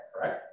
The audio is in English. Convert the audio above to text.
right